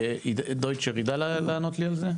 מאיר דויטשר יידע לענות לי על זה?